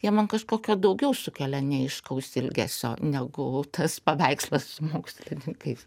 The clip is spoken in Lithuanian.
jie ant kažkokio daugiau sukelia neaiškaus ilgesio negu tas paveikslas su mokslininkais